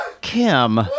Kim